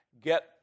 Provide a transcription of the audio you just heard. get